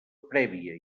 prèvia